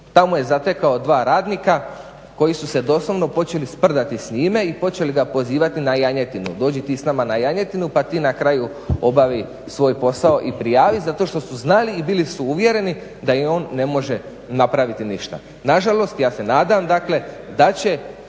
tamo je zatekao dva radnika koji su se doslovno počeli sprdati s njime i počeli ga pozivati na janjetinu dođi ti s nama na janjetinu pa ti na kraju obavi svoj posao i prijavi zato što su znali i bili su uvjereni da on ne može napraviti ništa. Nažalost, ja se nadam dakle,